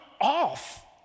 off